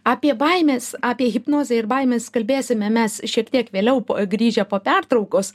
apie baimes apie hipnozę ir baimes kalbėsime mes šiek tiek vėliau grįžę po pertraukos